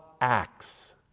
acts